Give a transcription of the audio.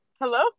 Hello